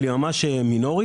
אבל היא ממש מינורית.